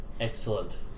Excellent